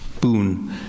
boon